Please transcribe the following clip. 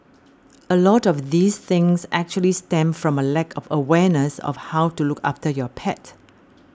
a lot of these things actually stem from a lack of awareness of how to look after your pet